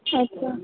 अच्छा